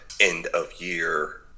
end-of-year